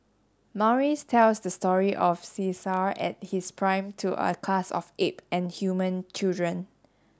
Maurice tells the story of Caesar at his prime to a class of ape and human children